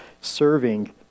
serving